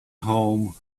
home